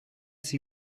see